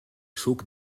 suc